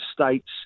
States